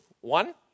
One